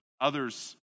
others